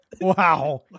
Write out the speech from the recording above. Wow